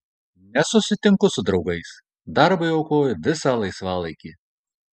nesusitinku su draugais darbui aukoju visą laisvalaikį